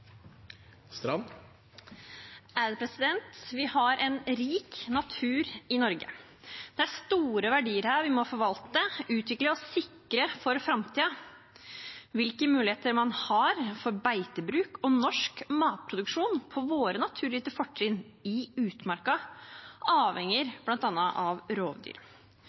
store verdier her vi må forvalte, utvikle og sikre for framtiden. Hvilke muligheter man har for beitebruk og norsk matproduksjon på våre naturgitte fortrinn i utmarka, avhenger bl.a. av rovdyr.